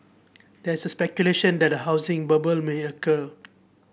there is a speculation that a housing bubble may occur